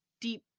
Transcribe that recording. deep